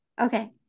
okay